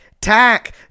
Tack